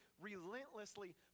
relentlessly